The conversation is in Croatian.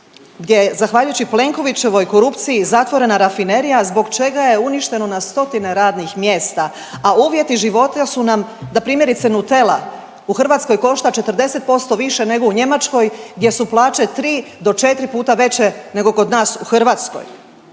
gdje je zahvaljujući Plenkovićevoj korupciji zatvorena rafinerija zbog čega je uništeno na stotine radnih mjesta, a uvjeti života su nam da primjerice Nutella u Hrvatskoj košta 40% više nego u Njemačkoj gdje su plaće 3 do 4 puta veće nego kod nas u Hrvatskoj.